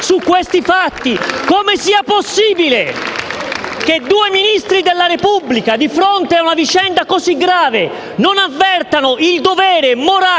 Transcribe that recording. su questi fatti, come sia possibile che due Ministri della Repubblica, di fronte a una vicenda così grave, non avvertano il dovere